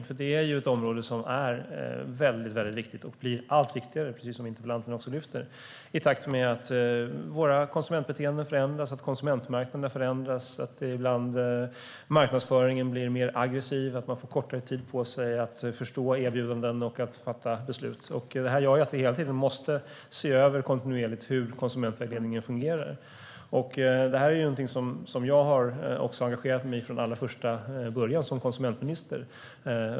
Det är, precis som interpellanten också lyfter fram, ett område som är väldigt viktigt och blir allt viktigare i takt med att våra konsumentbeteenden och konsumentmarknaderna förändras och att marknadsföringen ibland blir mer aggressiv så att man till exempel får kortare tid på sig att förstå erbjudanden och att fatta beslut. Det här gör att vi kontinuerligt måste se över hur konsumentvägledningen fungerar, och det är något som jag har engagerat mig i från allra första början som konsumentminister.